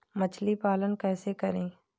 मछली पालन कैसे करें?